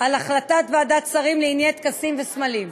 על החלטת ועדת שרים לענייני טקסים וסמלים.